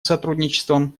сотрудничеством